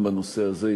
גם בנושא הזה,